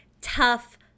tough